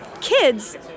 kids